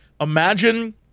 imagine